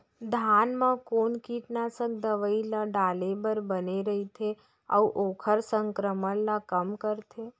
धान म कोन कीटनाशक दवई ल डाले बर बने रइथे, अऊ ओखर संक्रमण ल कम करथें?